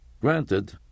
Granted